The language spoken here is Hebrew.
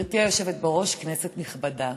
גברתי היושבת-ראש, כנסת נכבדה,